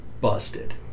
busted